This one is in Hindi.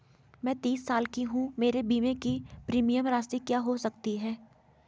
मैं तीस साल की हूँ मेरे बीमे की प्रीमियम राशि क्या हो सकती है?